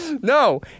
No